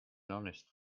honest